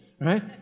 right